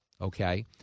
okay